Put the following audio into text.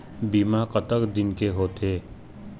बीमा कतक दिन के होते?